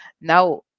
Now